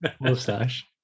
mustache